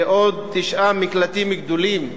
ועוד תשעה מקלטים גדולים,